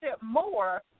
more